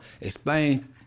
explain